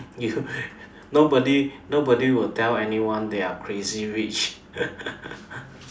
you nobody nobody will tell anyone they are crazy rich